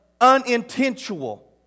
unintentional